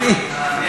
סמוֹטריץ.